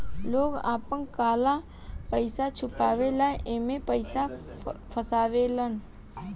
लोग आपन काला पइसा छुपावे ला एमे पइसा फसावेलन